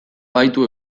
gaitu